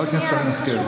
חברת הכנסת שרן השכל.